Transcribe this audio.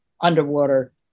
underwater